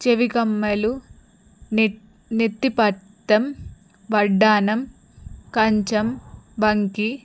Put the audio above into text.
చెవికమ్మేలు నిె నెత్తి పట్టం వడ్డానం కంచం వంకి